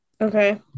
Okay